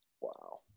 Wow